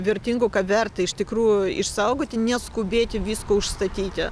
vertingo ką verta iš tikrųjų išsaugoti neskubėti visko užstatyti